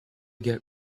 get